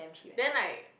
then like